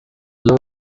low